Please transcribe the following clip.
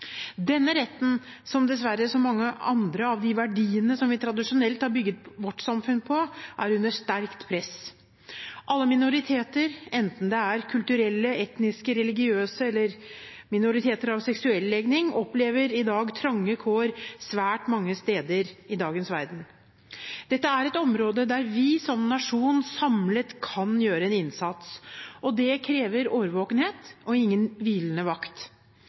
Denne retten – som dessverre så mange andre av de verdiene vi tradisjonelt har bygget vårt samfunn på – er under sterkt press. Alle minoriteter, enten det er kulturelle, etniske, religiøse eller seksuelle minoriteter, opplever trange kår svært mange steder i dagens verden. Dette er et område der vi som nasjon samlet kan gjøre en innsats. Det krever årvåkenhet, ingen hvilende vakt.